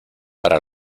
para